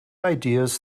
ideas